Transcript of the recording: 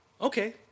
Okay